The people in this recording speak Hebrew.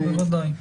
בוודאי,